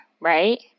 right